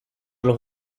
los